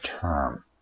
term